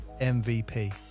MVP